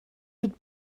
mit